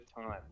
time